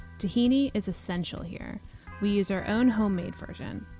tahini is essential, here we use our own homemade version.